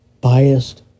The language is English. biased